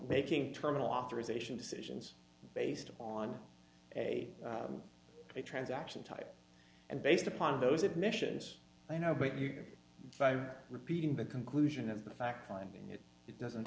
making terminal authorisation decisions based on a transaction type and based upon those admissions i know but you are repeating the conclusion of the fact finding it doesn't